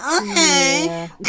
okay